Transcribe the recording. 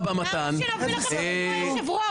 למה שנביא לכם את מינוי היושב-ראש?